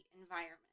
environment